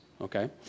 okay